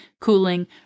cooling